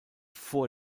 vor